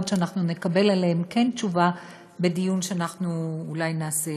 שאנחנו כן נקבל עליהן תשובה בדיון שאנחנו אולי נעשה